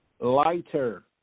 lighter